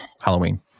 Halloween